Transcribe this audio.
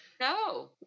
no